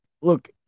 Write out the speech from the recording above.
Look